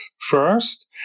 first